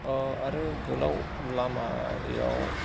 अ आरो गोलाव लामायाव